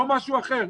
לא משהו אחר.